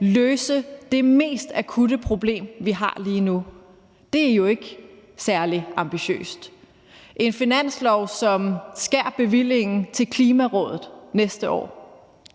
løse det mest akutte problem, vi har lige nu. Det er jo ikke særlig ambitiøst. Der er et finanslovsforslag, der skærer i bevillingen til Klimarådet næste år.